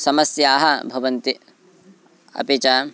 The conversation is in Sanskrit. समस्याः भवन्ति अपि च